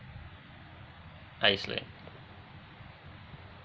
iceland